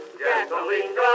gasoline